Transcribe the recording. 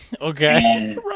Okay